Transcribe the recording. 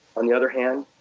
on the other hand,